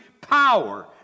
Power